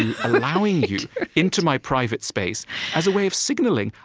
ah allowing you into my private space as a way of signaling,